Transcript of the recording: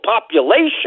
population